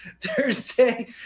Thursday